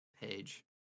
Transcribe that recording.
page